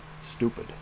stupid